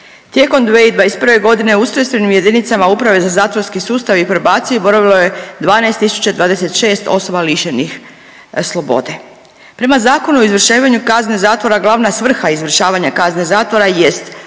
Tijekom 2021.g. u ustrojstvenim jedinicama Uprave za zatvorski sustav i probaciju boravilo je 12.026 osoba lišenih slobode. Prema Zakonu o izvršavanju kazne zatvora glavna svrha izvršavanja kazne zatvora